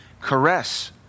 caress